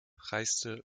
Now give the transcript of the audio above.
reiste